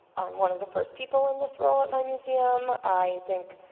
i'm one of the first people in this role at my museum i think